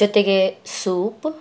ಜೊತೆಗೆ ಸೂಪ್